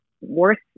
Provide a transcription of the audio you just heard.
worth